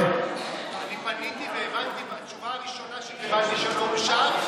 אני פניתי והתשובה הראשונה שקיבלתי היא שמאושר.